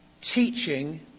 teaching